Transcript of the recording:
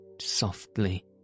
softly